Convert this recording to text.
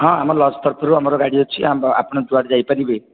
ହଁ ଆମ ଲଜ୍ ତରଫରୁ ଆମର ଗାଡ଼ି ଅଛି ଆମ ଆପଣ ଯୁଆଡେ ଯାଇପାରିବେ